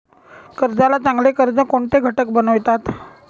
कर्जाला चांगले कर्ज कोणते घटक बनवितात?